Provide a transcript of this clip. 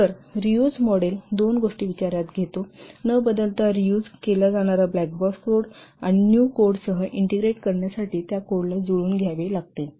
तर या reuse model दोन गोष्टी विचारात घेतो न बदलता रियूज केला जाणारा ब्लॅक बॉक्स कोड आणि न्यू कोडसह ईंटेग्रेट करण्यासाठी त्या कोडला जुळवून घ्यावे लागेल